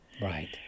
Right